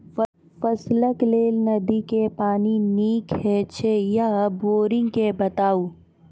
फसलक लेल नदी के पानि नीक हे छै या बोरिंग के बताऊ?